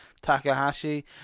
takahashi